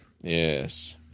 Yes